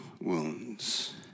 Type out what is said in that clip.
wounds